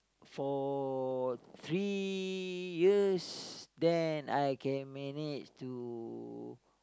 for three years then I can manage to